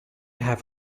have